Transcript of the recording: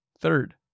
Third